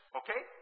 okay